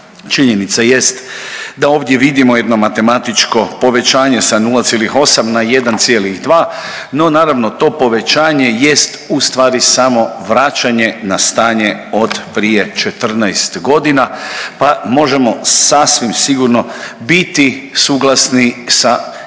činjenica jest da ovdje vidimo jedno matematičko povećanje sa 0,8 na 1,2 no naravno to povećanje jest ustvari samo vraćanje na stanje od prije 14.g., pa možemo sasvim sigurno biti suglasni sa idejama